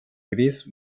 gris